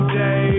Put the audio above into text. day